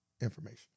information